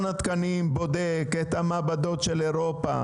התקנים בודק את המעבדות של אירופה,